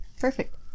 Perfect